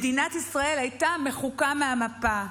מדינת ישראל הייתה מחוקה מהמפה.